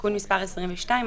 (תיקון מס' 22),